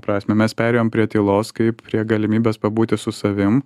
prasmę mes perėjom prie tylos kaip prie galimybės pabūti su savimi